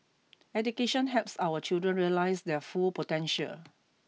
education helps our children realise their full potential